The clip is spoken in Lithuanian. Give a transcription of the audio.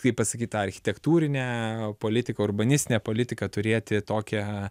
kaip pasakyt tą architektūrinę politiką urbanistinę politiką turėti tokią